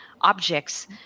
objects